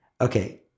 Okay